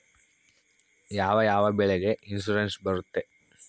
ಯಾವ ಯಾವ ಬೆಳೆಗೆ ಇನ್ಸುರೆನ್ಸ್ ಬರುತ್ತೆ?